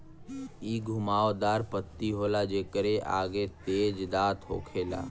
इ घुमाव दार पत्ती होला जेकरे आगे तेज दांत होखेला